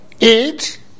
eight